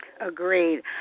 Agreed